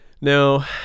Now